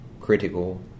critical